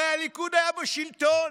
הרי הליכוד היה בשלטון.